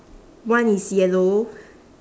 one is yellow